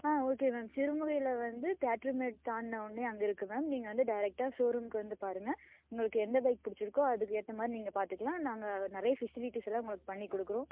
ஆ okay ma'am சிறுமதுரையில் வந்து தேட்ரு மெட் தாண்டுனவோடன்னயே அங்கே இருக்குது மேம் நீங்கள் வந்து டேரெக்ட்டா ஷோரூமுக்கு வந்து பாருங்க உங்களுக்கு எந்த பைக் பிடிச்சுருக்கோ அதுக்கு ஏற்ற மாதிரி நீங்கள் பார்த்துக்கலாம் நாங்கள் நிறைய ஃபெசிலிடிஸ் எல்லாம் உங்களுக்கு பண்ணி கொடுக்குறோம்